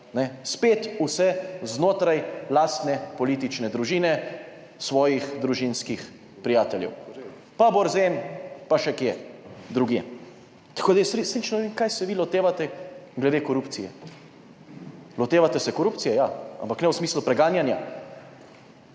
spet vse znotraj lastne politične družine, svojih družinskih prijateljev. Pa Borzen, pa še kje drugje. Tako, da jaz resnično ne vem kaj se vi lotevate glede korupcije. Lotevate se korupcije, ja, ampak ne v smislu preganjanja.